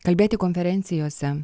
kalbėti konferencijose